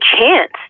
chance